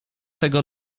tego